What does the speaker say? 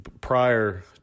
prior